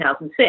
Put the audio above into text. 2006